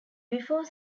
before